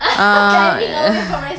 uh